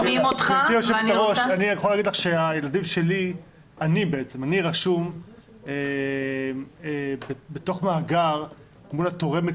אני יכול להגיד לך שאני רשום בתוך מאגר מול תורמת